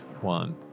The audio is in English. one